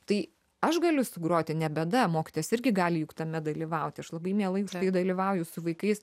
tai aš galiu sugroti ne bėda mokytojas irgi gali juk tame dalyvauti aš labai mielai dalyvauju su vaikais